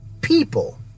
People